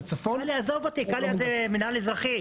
בצפון --- לדעתי אתה לא --- קליה זה המנהל האזרחי,